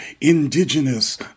indigenous